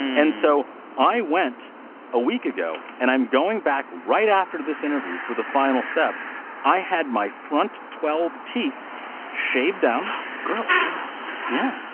and so i went a week ago and i'm going back right after this interview for the final step i had my front twelve teeth shaved down girl, stop yeah.